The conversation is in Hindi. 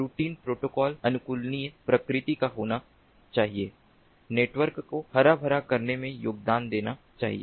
रूटिंग प्रोटोकॉल अनुकूलनीय प्रकृति का होना चाहिए नेटवर्क को हरा भरा करने में योगदान देना चाहिए